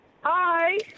Hi